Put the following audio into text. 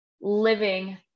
living